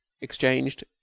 exchanged